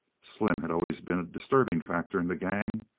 slim had always been a disturbing factor in the gang.